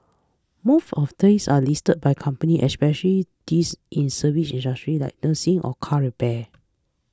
most of these are leased by companies especially these in service industries like nursing or car repairs